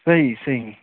صحیح صحیح